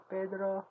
Pedro